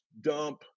dump